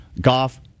Goff